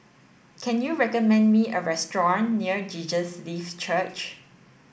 can you recommend me a restaurant near Jesus Lives Church